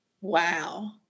Wow